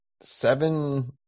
Seven